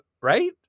Right